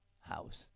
house